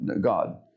God